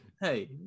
hey